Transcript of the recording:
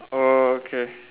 oh okay